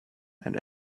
and